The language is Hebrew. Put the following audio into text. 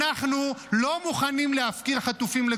איך מצד אחד אתה אומר אחדות ומצד שני זה?